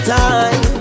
time